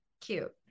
cute